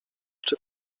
czy